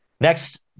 Next